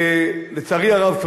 לצערי הרב,